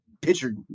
pitcher